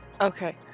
Okay